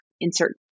insert